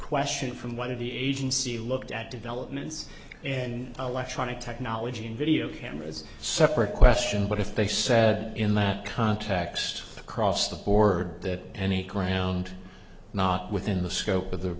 question from one of the agency looked at developments and electronic technology and video cameras separate question but if they said in that context across the board that any ground not within the scope of the